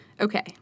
Okay